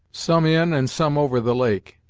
some in, and some over the lake,